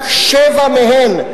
רק שבע מהן,